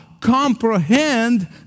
comprehend